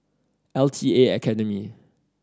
L T A Academy